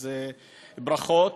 אז ברכות.